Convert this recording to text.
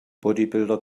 bodybuilder